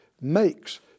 makes